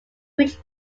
bridge